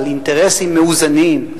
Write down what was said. על אינטרסים מאוזנים,